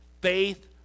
Faith